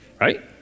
Right